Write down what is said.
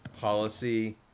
policy